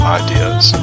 ideas